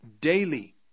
daily